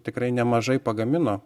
tikrai nemažai pagamino